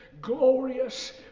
glorious